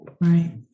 right